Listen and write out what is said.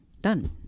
done